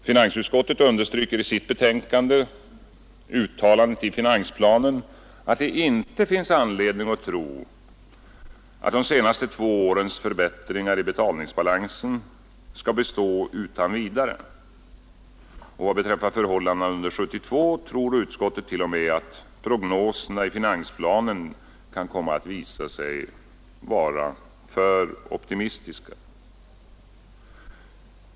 Finansutskottet understryker i sitt betänkande uttalandet i finansplanen, att det inte finns anledning att tro att de senaste två årens förbättringar i betalningsbalansen skall bestå utan vidare. Vad beträffar förhållandena under 1972 tror utskottet t.o.m. att prognoserna i finansplanen kan komma att visa sig vara för optimistiska.